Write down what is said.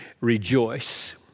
rejoice